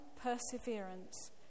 perseverance